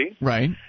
Right